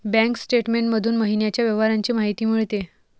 bank statement मधून महिन्याच्या व्यवहारांची माहिती मिळते